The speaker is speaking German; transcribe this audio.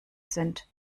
sind